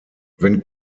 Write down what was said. wenn